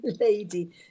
lady